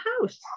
house